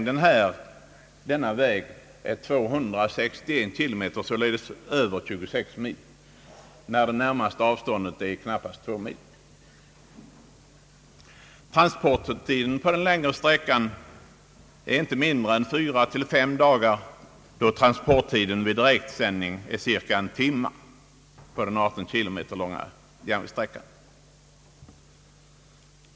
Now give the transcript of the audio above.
Denna väg är transportlängden 261 km och transporttiden 4—5 dagar, medan transporttiden vid direktsändning — där avståndet är knappa två mil — är cirka en timme.